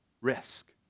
risk